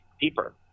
deeper